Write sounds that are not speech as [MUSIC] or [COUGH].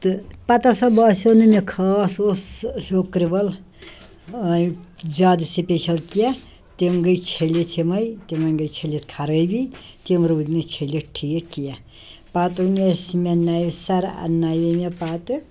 تہٕ پتہٕ ہسا باسیو نہٕ مےٚ خاص اوس ہُہ کِرٛول زیادٕ سِپیشل کیٚنٛہہ تِم گٔے چھٔلِتھ یِمَے تِمن گٔے چھٔلِتھ خرٲبی تِم روٗدۍ نہٕ چھٔلِتھ ٹھیٖک کیٚنٛہہ پتہٕ [UNINTELLIGIBLE] مےٚ نَوِ سر انناوے مےٚ پتہٕ